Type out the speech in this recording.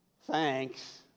Thanks